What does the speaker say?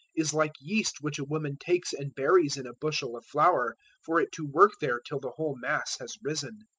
is like yeast which a woman takes and buries in a bushel of flour, for it to work there till the whole mass has risen.